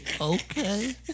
okay